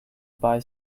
buy